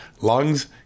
lungs